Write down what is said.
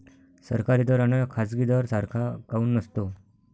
सरकारी दर अन खाजगी दर सारखा काऊन नसतो?